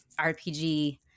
RPG